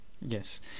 Yes